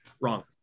Wrong